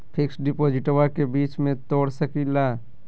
Fix डिपोजिटबा के बीच में तोड़ सकी ना?